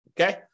Okay